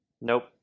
Nope